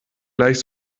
gleich